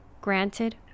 granted